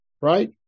right